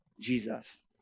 Jesus